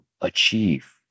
achieve